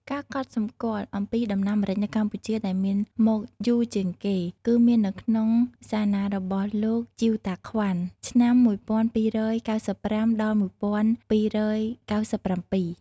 ការកត់សម្គាល់ អំពីដំណាំម្រេចនៅកម្ពុជា ដែលមានមកយូរជាងគេ គឺមាននៅក្នុងសារណារបស់លោក ជីវតាក្វាន់ ឆ្នាំ ១២៩៥ ដល់ ១២៩៧។